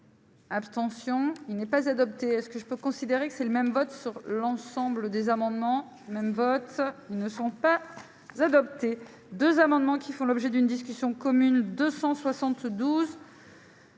Abstention : il n'est pas adopté ce que je peux considérer que c'est le même vote sur l'ensemble des amendements même vote, ils ne sont pas adopté 2 amendements qui font l'objet d'une discussion commune 272.